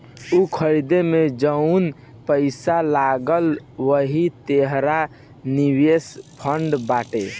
ऊ खरीदे मे जउन पैसा लगल वही तोहर निवेश फ़ंड बाटे